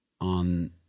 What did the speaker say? on